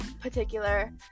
particular